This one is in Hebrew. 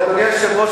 אדוני היושב-ראש,